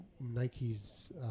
Nike's